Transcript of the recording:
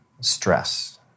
stress